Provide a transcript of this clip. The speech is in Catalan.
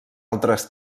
altres